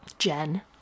Jen